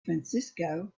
francisco